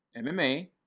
MMA